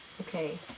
Okay